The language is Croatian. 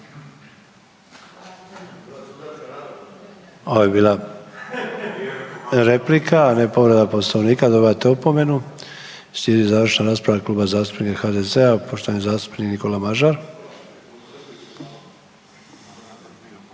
Ovo je bila replika, a ne povreda Poslovnika. Dobivate opomenu. Slijedi završna rasprava Kluba zastupnika HDZ-a. Poštovani zastupnik Nikola Mažar.